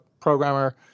programmer